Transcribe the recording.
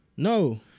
No